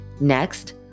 Next